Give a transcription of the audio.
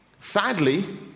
Sadly